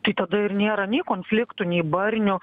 tai tada ir nėra nei konfliktų nei barnių